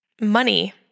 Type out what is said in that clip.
money